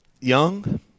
young